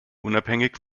unabhängig